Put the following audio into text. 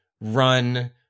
run